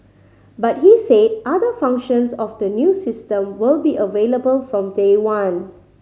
but he said other functions of the new system will be available from day one